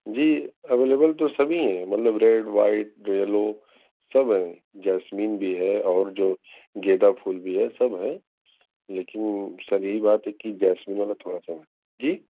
جی available تو سبھی ہیں مطلب ریڈ وائٹ یلو سب ہیں جاسمین بھی ہے اور جو گیندا پھول بھی ہے سب ہیں لیکن سر یہی بات ہے کہ جاسمین والا تھوڑا سا جی